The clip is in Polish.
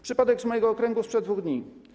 Przypadek z mojego okręgu sprzed dwóch dni.